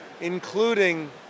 including